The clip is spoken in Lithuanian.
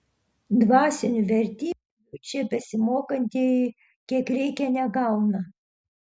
dvasinių vertybių čia besimokantieji kiek reikia negauna